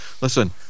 listen